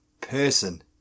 person